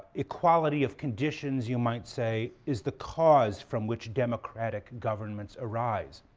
equality of conditions, you might say, is the cause from which democratic governments arise.